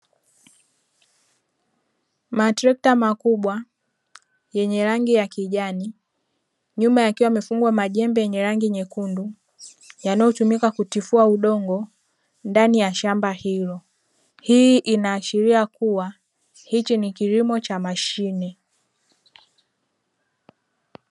Matrekta makubwa yenye rangi ya kijani nyuma yakiwa yamefungwa majembe yenye rangi nyekundu, yanayotumika kutifua udongo ndani ya shamba hilo, hii inaashiria kuwa hiki ni kilimo cha mashine.